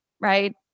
right